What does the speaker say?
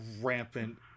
rampant